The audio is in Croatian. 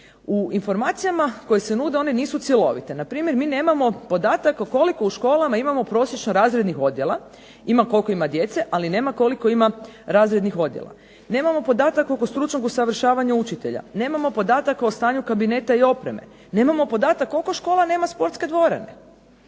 u informacijama koje se nude one nisu cjelovite. Npr. mi nemamo podatak koliko u školama imamo prosječno razrednih odjela. Ima koliko ima djece, ali nema koliko ima razrednih odjela. Nemamo podatak oko stručnog usavršavanja učitelja, nemamo podatak o stanju kabineta i opreme, nemamo podatak koliko škola nema sportske dvorane.